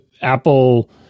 apple